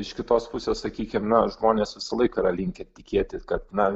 iš kitos pusės sakykim na žmonės visą laiką yra linkę tikėti kad na